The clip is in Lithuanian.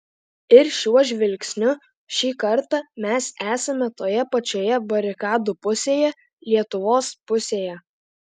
ir šiuo žvilgsniu šį kartą mes esame toje pačioje barikadų pusėje lietuvos pusėje